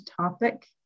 topic